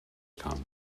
calmed